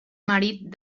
marit